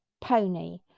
pony